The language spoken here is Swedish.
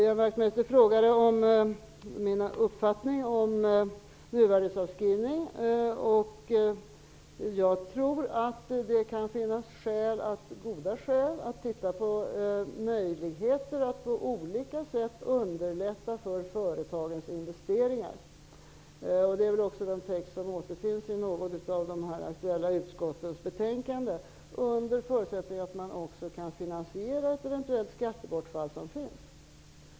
Ian Wachtmeister frågade om min uppfattning om nuvärdesavskrivning. Jag tror att det kan finnas goda skäl att titta på möjligheterna att på olika sätt underlätta för företagen att göra investeringar -- det sägs också i något av de aktuella utskottsbetänkandena -- under förutsättning att man också kan finansiera ett eventuellt skattebortfall.